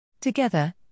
Together